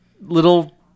little